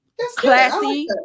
classy